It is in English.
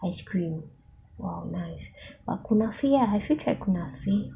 ice cream wildlife !wow! nice but kunafe ah have you tried kunafe